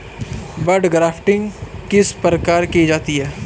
बड grafting किस प्रकार की जाती है?